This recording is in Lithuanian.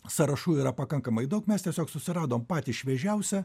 sąrašų yra pakankamai daug mes tiesiog susiradom patį šviežiausią